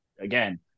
again